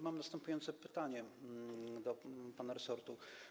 Mam następujące pytanie do pana resortu.